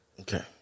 okay